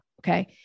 Okay